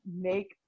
make